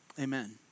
amen